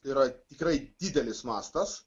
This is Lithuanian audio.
yra tikrai didelis mastas